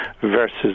versus